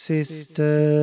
Sister